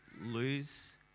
lose